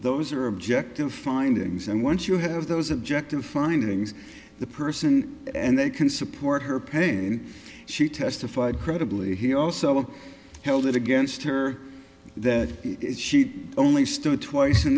those are objective findings and once you have those objective findings the person and they can support her pain she testified credibly he also held it against her that is she only stood twice in